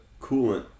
coolant